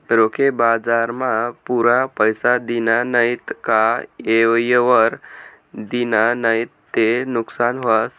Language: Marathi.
रोखे बजारमा पुरा पैसा दिना नैत का येयवर दिना नैत ते नुकसान व्हस